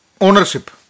ownership